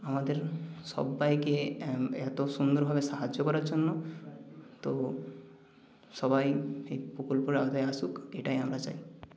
আমাদের সব্বাইকে এত সুন্দরভাবে সাহায্য করার জন্য তো সবাই এই প্রকল্পের আওতায় আসুক এটাই আমরা চাই